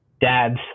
dads